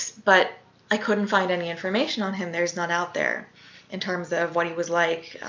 but i couldn't find any information on him. there's none out there in terms of what he was like,